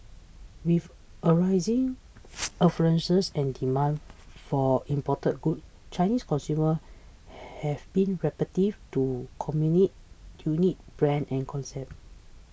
with a rising affluence and demand for imported goods Chinese consumers have been receptive to Commune unique brand and concept